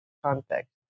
context